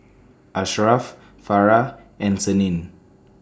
Asharaff Farah and Senin